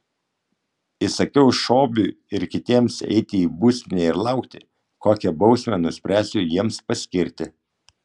įsakiau šobiui ir kitiems eiti į būstinę ir laukti kokią bausmę nuspręsiu jiems paskirti